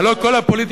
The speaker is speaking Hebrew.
הלוא כל הפוליטיקה,